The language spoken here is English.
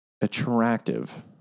attractive